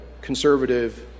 conservative